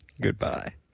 Goodbye